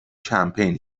کمپین